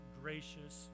gracious